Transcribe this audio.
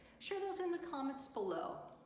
share those in the comments below.